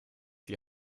die